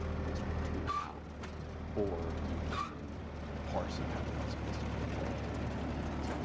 you can sort of tune out or you can parse in kind of an unsophisticated way and